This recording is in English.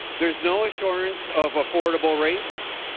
there is no ass urance of affordable rates.